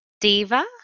diva